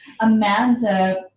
amanda